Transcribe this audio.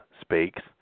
speaks